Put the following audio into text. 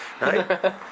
Right